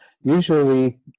usually